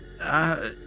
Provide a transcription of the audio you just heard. Uh